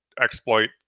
exploit